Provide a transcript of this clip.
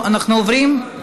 40